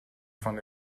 von